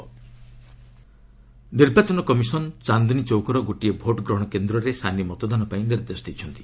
repoll Chandni Chowk ନିର୍ବାଚନ commission ଚାନ୍ଦିନୀଚୌକ୍ର ଗୋଟିଏ ଭୋଟ୍ଗ୍ରହଣ କେନ୍ଦ୍ରରେ ସାନି ମତଦାନ ପାଇଁ ନିର୍ଦ୍ଦେଶ ଦେଇଛନ୍ତି